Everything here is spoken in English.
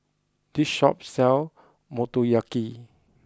this shop sell Motoyaki